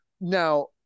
Now